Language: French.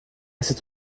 cette